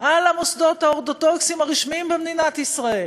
על המוסדות האורתודוקסיים הרשמיים במדינת ישראל,